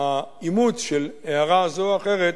האימוץ של הערה זו או אחרת